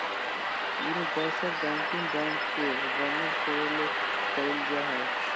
universal banking bank के वर्णन करे ले कइल जा हइ